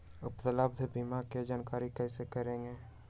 उपलब्ध बीमा के जानकारी कैसे करेगे?